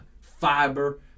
fiber